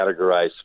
categorize